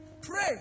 pray